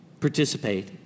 participate